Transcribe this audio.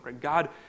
God